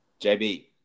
JB